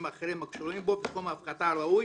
אחרים הקשורים בו וסכום ההפחתה הראוי